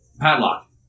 Padlock